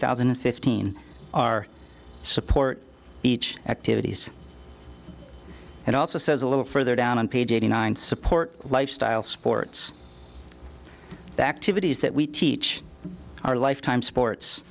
thousand and fifteen are support each activities and also says a little further down on page eighty nine support lifestyle sports activities that we teach our life time sports